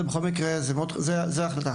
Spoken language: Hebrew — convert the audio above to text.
בכל מקרה, זוהי ההחלטה.